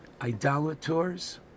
idolators